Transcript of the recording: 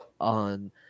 on